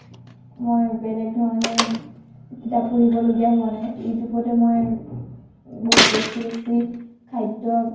মই বেলেগ ধৰণে কিতাপ পঢ়িব লগা হোৱা নাই ইউটিউবতে মই বহুত টেষ্টি টেষ্টি খাদ্য